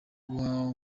guha